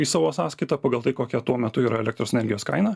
į savo sąskaitą pagal tai kokia tuo metu yra elektros energijos kaina